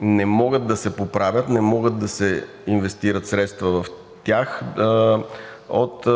не могат да се поправят, не могат да се инвестират средства в тях от